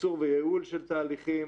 קיצור וייעול של תהליכים